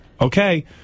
Okay